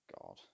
god